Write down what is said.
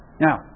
Now